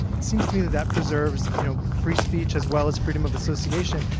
it seems to me that that preserves you know free speech, as well as freedom of association,